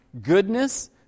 goodness